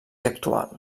actual